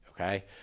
Okay